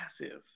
massive